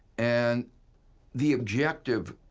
and the objective,